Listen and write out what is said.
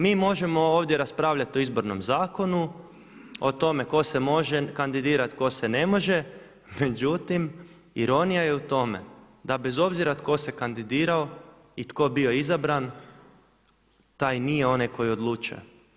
Mi možemo ovdje raspravljati o izbornom zakonu, o tome tko se može kandidirati, tko se ne može, međutim ironija je u tome da bez obzira tko se kandidirao i tko bio izabran taj nije onaj koji odlučuje.